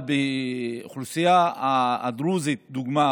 אבל באוכלוסייה הדרוזית לדוגמה,